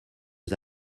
aux